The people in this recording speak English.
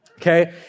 Okay